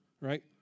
right